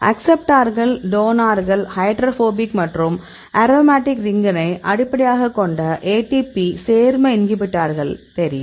அக்சப்ட்டார்கள் டோனார்கள் ஹைட்ரோபோபிக் மற்றும் அரோமடிக் ரிங்கினை அடிப்படையாகக் கொண்ட ATP சேர்ம இன்ஹிபிட்டார்கள் தெரியும்